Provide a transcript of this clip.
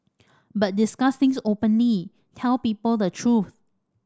but discuss things openly tell people the true